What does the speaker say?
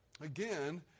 again